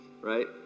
right